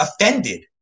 offended